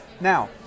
now